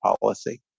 policy